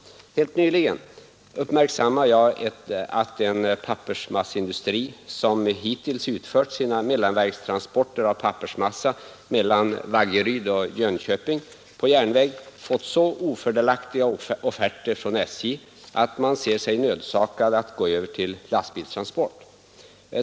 Helt nyligen uppmärksammade jag att en pappersmasseindustri, som hittills utfört sina mellanverkstransporter av pappersmassa mellan Vaggeryd och Jönköping på järnväg, fått så ofördelaktiga offerter från SJ att företaget ser sig nödsakat att gå över till lastbilstransport.